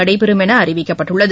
நடைபெறும் என அறிவிக்கப்பட்டுள்ளது